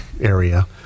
area